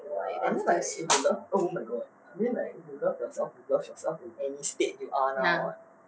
uh I think like similar oh my god I mean if you love yourself you love yourself in any state you are now [what]